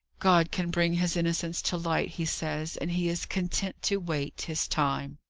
god can bring his innocence to light, he says and he is content to wait his time.